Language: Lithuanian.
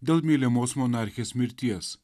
dėl mylimos monarchės mirties